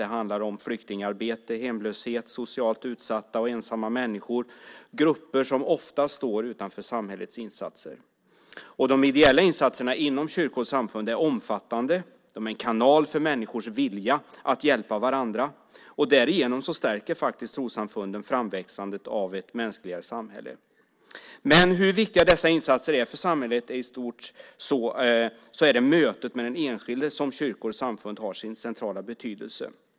Det handlar om flyktingarbete, hemlöshet, socialt utsatta och ensamma människor, grupper som ofta står utanför samhällets insatser. De ideella insatserna inom kyrkor och samfund är omfattande. De är en kanal för människors vilja att hjälpa varandra, och därigenom stärker faktiskt trossamfunden framväxandet av ett mänskligare samhälle. Men hur viktiga dessa insatser än är för samhället i stort är det i mötet med den enskilde som kyrkor och samfund har sin centrala betydelse.